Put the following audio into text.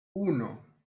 uno